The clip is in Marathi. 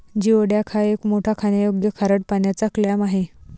जिओडॅक हा एक मोठा खाण्यायोग्य खारट पाण्याचा क्लॅम आहे